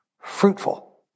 fruitful